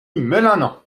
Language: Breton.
melenañ